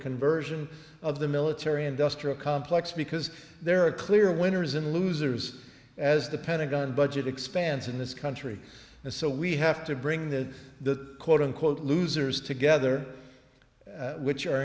conversion of the military industrial complex because there are clear winners and losers as the pentagon budget expands in this country and so we have to bring the the quote unquote losers together which are